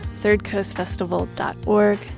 thirdcoastfestival.org